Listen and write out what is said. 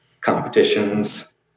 competitions